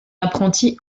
apprenti